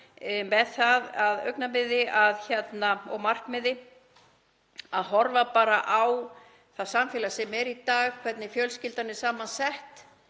með það að augnamiði og markmiði að horfa bara á það samfélag sem er í dag, hvernig fjölskyldan er samansett